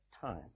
time